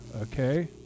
Okay